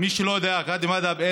התשע"ז 2017,